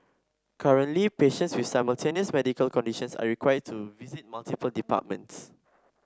currently patients with simultaneous medical conditions are required to visit multiple departments